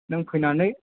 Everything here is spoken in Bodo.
नों फैनानै